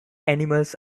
animals